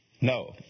no